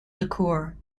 liquor